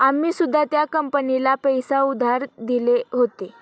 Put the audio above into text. आम्ही सुद्धा त्या कंपनीला पैसे उधार दिले होते